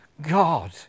God